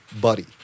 buddy